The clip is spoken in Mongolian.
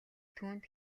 түүнд